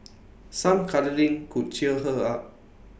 some cuddling could cheer her up